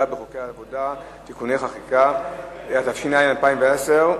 והיא תעבור לוועדת הכלכלה להכנה לקריאה שנייה ולקריאה שלישית.